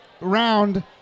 round